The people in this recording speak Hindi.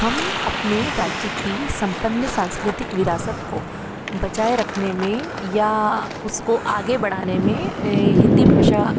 हम अपने राज्य की सम्पन्न संस्कृतिक विरासत को बचाए रखने में या उसको आगे बढ़ाने में हिंदी भाषा